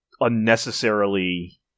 unnecessarily